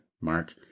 mark